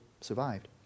survived